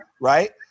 right